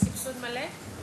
לסבסוד מלא?